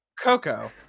Coco